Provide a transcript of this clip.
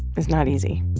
is not easy